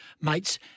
mates